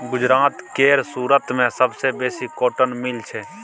गुजरात केर सुरत मे सबसँ बेसी कॉटन मिल छै